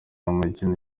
mukino